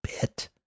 bit